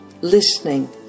listening